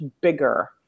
bigger